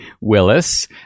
Willis